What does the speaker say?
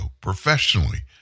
professionally